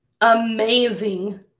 amazing